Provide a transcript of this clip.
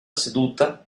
seduta